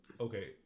Okay